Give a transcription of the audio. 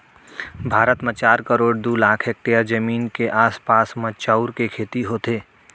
भारत म चार करोड़ दू लाख हेक्टेयर जमीन के आसपास म चाँउर के खेती होथे